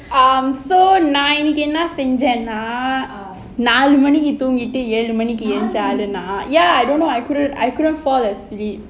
um so நான் இன்னைக்கு என்ன செஞ்சேனா நாலு மணிக்கு தூங்கிட்டு ஏழு மணிக்கு எந்திரிச்ச ஆளு நான்:naan innaiku enna senjena naalu manikku thoongittu ezhu manikku enthirichcha aalu naan ya I don't know I couldn't I couldn't fall asleep